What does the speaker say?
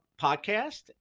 podcast